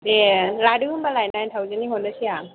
दे लादो होनबालाय नाइन थावजेननि हरनोसै आं